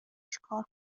چیکار